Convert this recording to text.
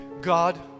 God